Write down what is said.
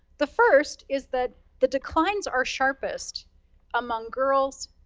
the first, is that the declines are sharpest among girls,